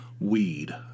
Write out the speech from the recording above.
weed